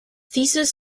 thesis